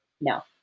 no